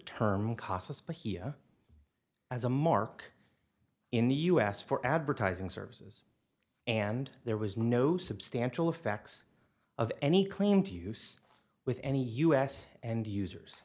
term cost but here as a mark in the us for advertising services and there was no substantial effects of any claim to use with any us and users